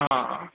हा